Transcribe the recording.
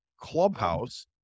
clubhouse